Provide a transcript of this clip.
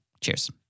Cheers